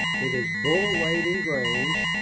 it is bullet weight in grains.